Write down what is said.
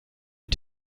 ein